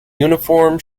uniform